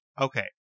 okay